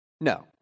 No